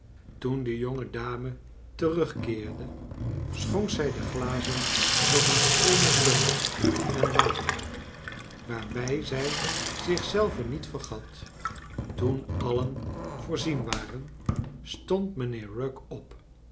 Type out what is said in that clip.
toen de jonge dame terugkeerde schonk zij de glazen nog eens vol met rum en water waarbij zij zicli zelve niet vergat toen alien voorzien waren stond mijnheer rugg op